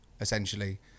essentially